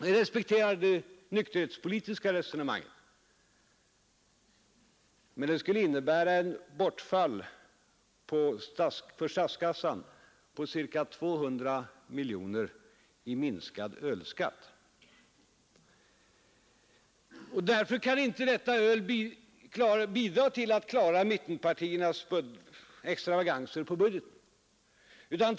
Vi respekterar det nykterhetspolitiska resonemanget, men det skulle innebära ett bortfall för statskassan på ca 200 miljoner i minskad ölskatt. Därför kan detta öl inte bidra till att klara mittenpartiernas extravaganser i budgeten.